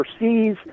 overseas